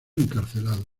encarcelados